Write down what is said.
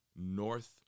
north